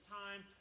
time